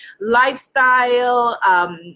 lifestyle